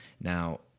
Now